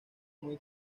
muy